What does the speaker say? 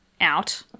out